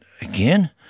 again